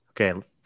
Okay